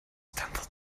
stands